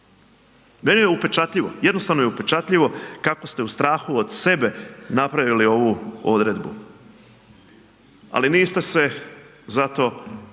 Meni je upečatljivo, jednostavno je upečatljivo kako ste u strahu od sebe napravili ovu odredbu. Ali niste se zato